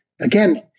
again